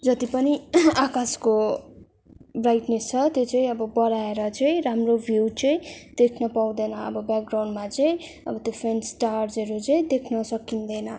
जति पनि आकाशको ब्राइटनेस छ त्यो चाहिँ अब बढाएर चाहिँ राम्रो भ्यू चाहिँ देख्नु पाउँदैन अब ब्याकग्राउन्डमा चाहिँ अब डिफ्रेन्ट स्टार्सहरू चाहिँ देख्नु सकिँदैन